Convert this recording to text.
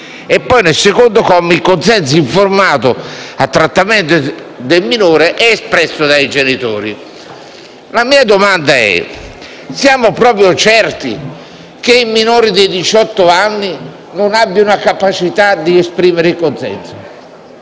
e poi, nel secondo comma, che il consenso informato al trattamento sanitario del minore è espresso dai genitori. La mia domanda è: siamo proprio certi che il minore di diciotto anni non abbia una capacità di esprimere il consenso?